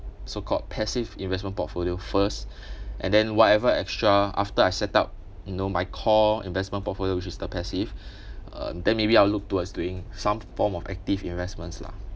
so called passive investment portfolio first and then whatever extra after I set up you know my core investment portfolio which is the passive uh then maybe I'll look towards doing some form of active investments lah